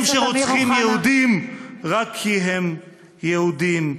מי הם שרוצחים יהודים רק כי הם יהודים?